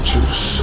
Juice